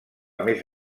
més